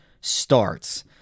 starts